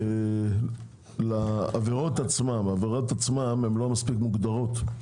שהעבירות עצמן לא מספיק מוגדרות,